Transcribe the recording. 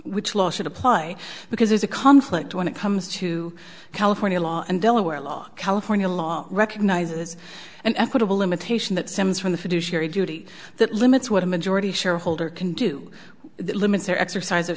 which law should apply because there's a conflict when it comes to california law and delaware law california law recognizes an equitable limitation that sems from the fiduciary duty that limits what a majority shareholder can do that limits their exercise o